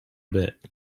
bit